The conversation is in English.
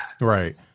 Right